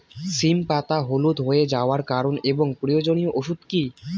সিম পাতা হলুদ হয়ে যাওয়ার কারণ এবং প্রয়োজনীয় ওষুধ কি?